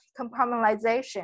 compartmentalization